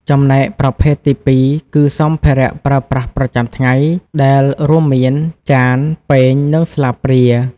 ចំណែកប្រភេទទីពីរគឺ សម្ភារៈប្រើប្រាស់ប្រចាំថ្ងៃ ដែលរួមមាន ចាន ពែង និងស្លាបព្រា។